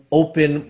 open